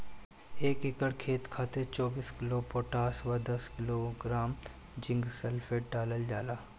एक एकड़ खेत खातिर चौबीस किलोग्राम पोटाश व दस किलोग्राम जिंक सल्फेट डालल जाला?